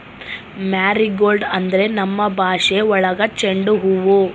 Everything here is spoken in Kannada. ಮಾರಿಗೋಲ್ಡ್ ಅಂದ್ರೆ ನಮ್ ಭಾಷೆ ಒಳಗ ಚೆಂಡು ಹೂವು